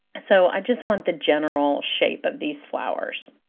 so i just want the general shape of these flowers.